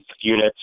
units